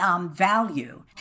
Value